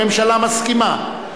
הממשלה מסכימה.